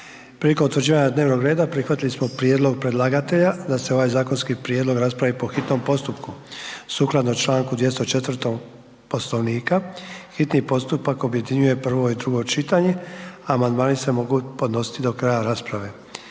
Prigodom utvrđivanja dnevnog reda prihvatili smo prijedlog predlagatelja da se ovaj zakonski prijedlog raspravi po hitnom postupku, sukladno Članku 204. Poslovnika hitni postupak objedinjuje prvo i drugo čitanje, a amandmani se mogu podnositi do kraja rasprave.